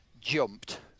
jumped